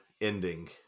ending